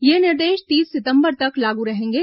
ये निर्देश तीस सितंबर तक लागू रहेंगे